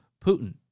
Putin